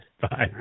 Bye